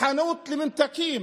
חנות ממתקים,